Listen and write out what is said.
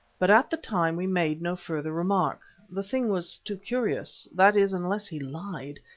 but at the time we made no further remark. the thing was too curious, that is, unless he lied.